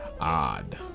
Odd